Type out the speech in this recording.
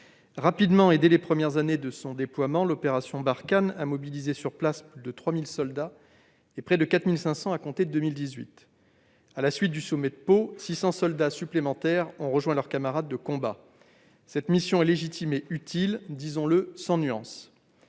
Rapidement, dès les premières années de son déploiement, l'opération Barkhane a mobilisé sur place plus de 3 000 soldats, puis près de 4 500 à compter de 2018. À la suite du sommet de Pau, 600 soldats supplémentaires ont rejoint leurs camarades de combat. Cette mission est légitime et utile, disons-le sans nuance.